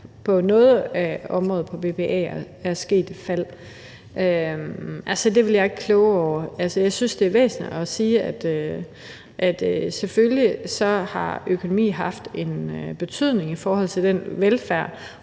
på nogle områder af BPA er sket et fald. Det vil jeg ikke kloge mig på. Altså, jeg synes, det er væsentligt at sige, at økonomien selvfølgelig har haft en betydning i forhold til den velfærd